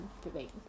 debate